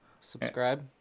Subscribe